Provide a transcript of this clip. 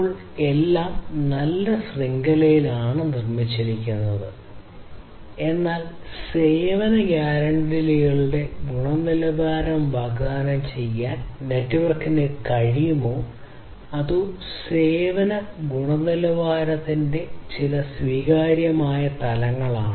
ഇപ്പോൾ എല്ലാം നല്ല ശൃംഖലയാണ് നിർമ്മിച്ചിരിക്കുന്നത് എന്നാൽ സേവന ഗ്യാരന്റികളുടെ ഗുണനിലവാരം വാഗ്ദാനം ചെയ്യാൻ നെറ്റ്വർക്കിന് കഴിയുമോ അതോ സേവനത്തിന്റെ ഗുണനിലവാരത്തിന്റെ ചില സ്വീകാര്യമായ തലങ്ങൾ